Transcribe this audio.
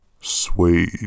Suede